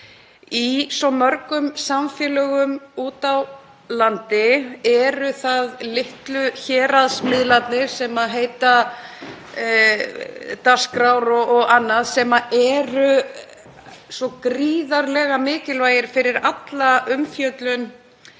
í svo mörgum samfélögum úti á landi eru það litlu héraðsmiðlarnir, sem heita Dagskrá og annað, sem eru svo gríðarlega mikilvægir fyrir alla umfjöllun